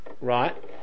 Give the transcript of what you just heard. right